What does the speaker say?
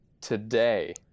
Today